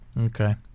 Okay